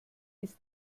ist